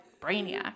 brainiac